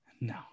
No